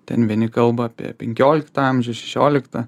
ten vieni kalba apie penkioliktą amžių šešioliktą